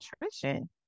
nutrition